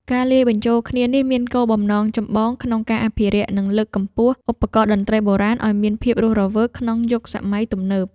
ការលាយបញ្ចូលគ្នានេះមានគោលបំណងចម្បងក្នុងការអភិរក្ស និងលើកកម្ពស់ឧបករណ៍តន្ត្រីបុរាណឱ្យមានភាពរស់រវើកក្នុងយុគសម័យទំនើប។